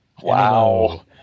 Wow